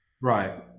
Right